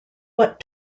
what